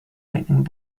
lightning